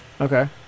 Okay